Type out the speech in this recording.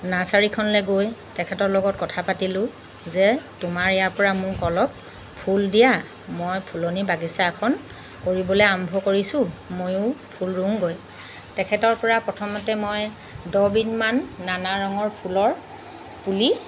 নাৰ্ছাৰিখনলৈ গৈ তেখেতৰ লগত কথা পাতিলোঁ যে তোমাৰ ইয়াৰ পৰা মোক অলপ ফুল দিয়া মই ফুলনি বাগিছা এখন কৰিবলৈ আৰম্ভ কৰিছোঁ মইও ফুল ৰুওঁগৈ তেখেতৰ পৰা প্ৰথমতে মই দহবিধ মান নানা ৰঙৰ ফুলৰ পুলি